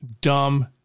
dumb